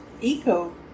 Eco